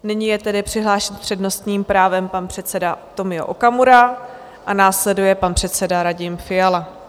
Nyní je tedy přihlášen s přednostním právem pan předseda Tomio Okamura a následuje pan předseda Radim Fiala.